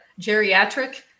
geriatric